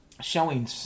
showing